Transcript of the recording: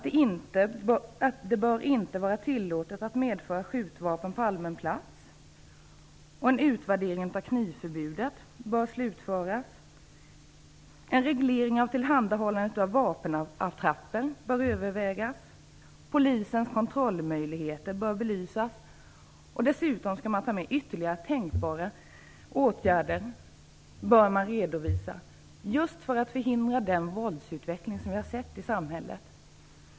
Det bör inte vara tillåtet att medföra skjutvapen på allmän plats. Utvärderingen av knivförbudet bör slutföras. En reglering beträffande tillhandahållandet av vapenattrapper bör övervägas. Polisens kontrollmöjligheter bör belysas. Dessutom bör ytterligare tänkbara åtgärder redovisas just för att förhindra den våldsutveckling som vi sett i samhället.